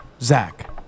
Zach